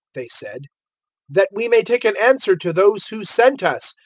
they said that we may take an answer to those who sent us.